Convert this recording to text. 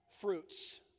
fruits